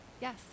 Yes